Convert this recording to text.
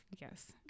Yes